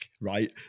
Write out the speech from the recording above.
right